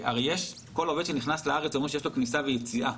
כל עובד שנכנס לארץ יש לו כניסה ויציאה,